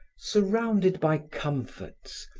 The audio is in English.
surrounded by comforts,